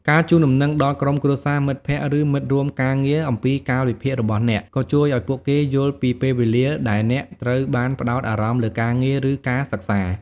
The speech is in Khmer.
ការជូនដំណឹងដល់ក្រុមគ្រួសារ មិត្តភ័ក្តិ ឬមិត្តរួមការងារអំពីកាលវិភាគរបស់អ្នក ក៏ជួយឲ្យពួកគេយល់ពីពេលវេលាដែលអ្នកត្រូវការផ្តោតអារម្មណ៍លើការងារ ឬការសិក្សា។